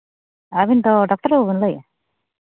ᱟᱹᱵᱤᱱ ᱫᱚ ᱰᱟᱠᱛᱟᱨ ᱵᱟᱹᱵᱩ ᱵᱮᱱ ᱞᱟᱹᱭᱮᱫᱼᱟ